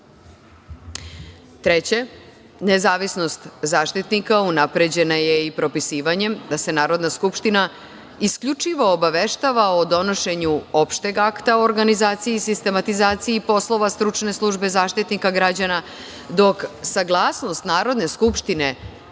nezavisnost Zaštitnika unapređena je i propisivanjem da se Narodna skupština isključivo obaveštava o donošenju opšteg akta o organizaciji i sistematizaciji poslova stručne službe Zaštitnika građana, dok saglasnost Narodne skupštine